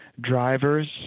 drivers